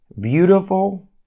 beautiful